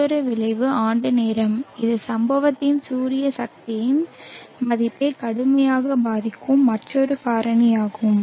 மற்றொரு விளைவு ஆண்டு நேரம் இது சம்பவத்தின் சூரிய சக்தியின் மதிப்பை கடுமையாக பாதிக்கும் மற்றொரு காரணியாகும்